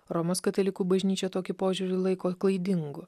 romos katalikų bažnyčia tokį požiūrį laiko klaidingu